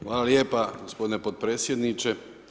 Hvala lijepa gospodine potpredsjedniče.